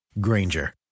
Granger